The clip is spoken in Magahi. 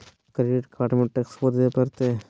क्रेडिट कार्ड में टेक्सो देवे परते?